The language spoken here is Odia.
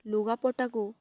ଲୁଗାପଟାକୁ